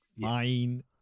fine